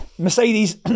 Mercedes